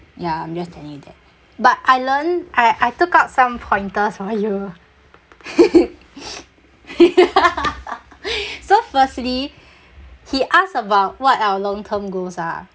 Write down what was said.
ya I'm just telling you that but I learn I I took out some pointers for you so firstly he asked about what our long term goals are